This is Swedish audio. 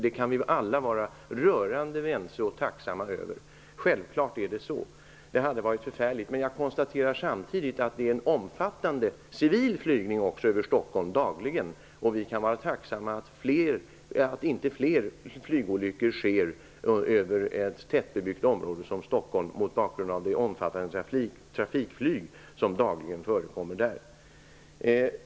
Det kan vi alla vara rörande ense och tacksamma över. Självfallet är det så. Det hade i så fall varit förfärligt. Samtidigt konstaterar jag att det dagligen sker en omfattande civil flygning över Stockholm. Vi kan vara tacksamma för att det inte händer fler flygolyckor över ett så tättbebyggt område som Stockholm, mot bakgrund av det omfattande trafikflyg som dagligen förekommer.